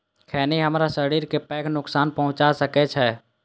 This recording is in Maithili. खैनी हमरा शरीर कें पैघ नुकसान पहुंचा सकै छै